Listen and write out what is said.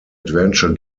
adventure